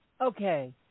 Okay